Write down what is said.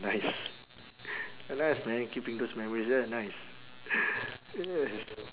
nice nice man keeping those memories ya nice yes